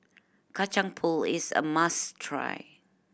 Kacang Pool is a must try